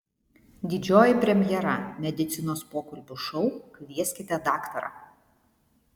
didžioji premjera medicinos pokalbių šou kvieskite daktarą